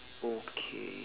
okay